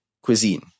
cuisine